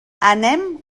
anem